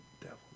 devil